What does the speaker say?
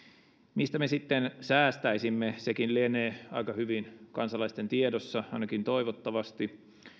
mistä me sitten säästäisimme sekin lienee aika hyvin kansalaisten tiedossa ainakin toivottavasti